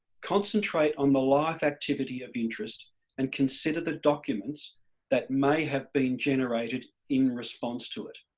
concentrate on the life activity of interest and consider the documents that may have been generated in response to it.